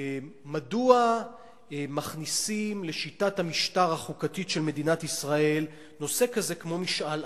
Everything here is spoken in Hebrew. מדוע מכניסים לשיטת המשטר החוקתית של מדינת ישראל נושא כזה כמו משאל עם?